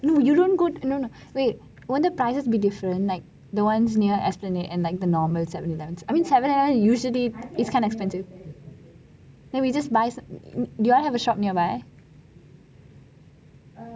you don't go to no no wait won't the prices be different like the ones near esplanade and like the normal seven elevens I mean seven eleven usually ~ then we just buy like do you all have a shop nearby